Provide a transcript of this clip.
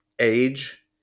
age